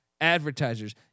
advertisers